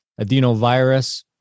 adenovirus